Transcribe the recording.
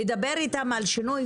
לדבר איתם על שינוי,